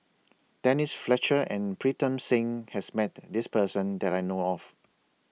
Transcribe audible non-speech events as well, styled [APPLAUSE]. [NOISE] Denise Fletcher and Pritam Singh has Met This Person that I know of